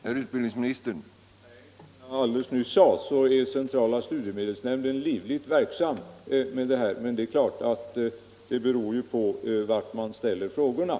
Herr talman! Som jag alldeles nyss sade är centrala studiestödsnämnden livligt verksam med denna sak. Men det är klart att det beror på vart man riktar frågorna.